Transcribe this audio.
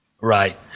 Right